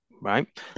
right